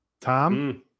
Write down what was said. Tom